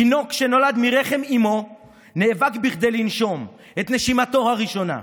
תינוק שנולד מרחם אמו נאבק כדי לנשום את נשימתו הראשונה,